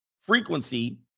frequency